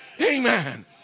Amen